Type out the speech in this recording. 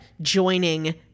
joining